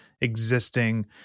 existing